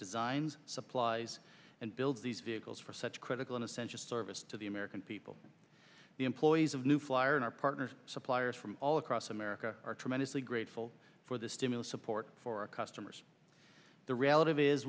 designs supplies and build these vehicles for such critical an essential service to the american people the employees of new flyer and our partners suppliers from all across america are tremendously grateful for the stimulus support for our customers the reality is